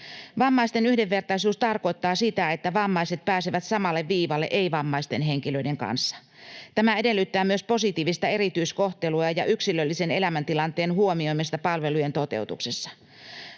Vammaisten yhdenvertaisuus tarkoittaa sitä, että vammaiset pääsevät samalle viivalle ei-vammaisten henkilöiden kanssa. Tämä edellyttää myös positiivista erityiskohtelua ja yksilöllisen elämäntilanteen huomioimista palvelujen toteutuksessa.